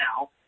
now